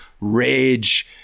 rage